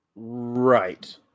Right